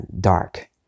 dark